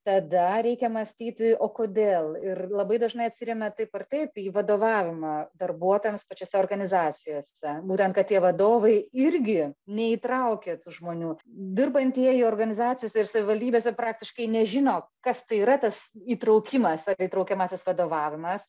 tada reikia mąstyti o kodėl ir labai dažnai atsiremia taip ar taip į vadovavimą darbuotojams pačiose organizacijose būtent kad tie vadovai irgi neįtraukia tų žmonių dirbantieji organizacijose ir savivaldybėse praktiškai nežino kas tai yra tas įtraukimas ar įtraukiamasis vadovavimas